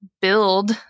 build